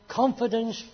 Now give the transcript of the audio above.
confidence